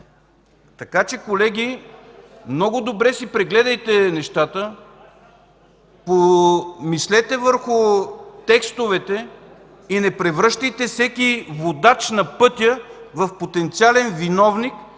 колата си. Колеги, много добре си прегледайте нещата. Помислете върху текстовете и не превръщайте всеки водач на пътя в потенциален виновник